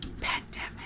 pandemic